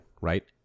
right